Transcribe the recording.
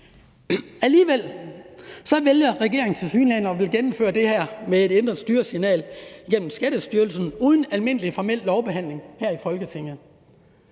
Alligevel vælger regeringen tilsyneladende at ville gennemføre det her med et ændret styresignal gennem Skattestyrelsen uden almindelig formel lovbehandling her i Folketinget.